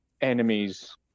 enemies